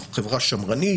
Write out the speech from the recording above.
אנחנו חברה שמרנית,